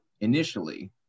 initially